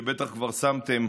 שבטח כבר שמתם